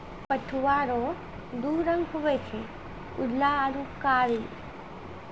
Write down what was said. पटुआ रो दू रंग हुवे छै उजरा आरू कारी